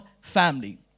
family